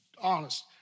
honest